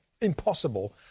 impossible